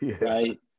right